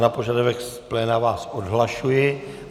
Na požadavek z pléna vás odhlašuji.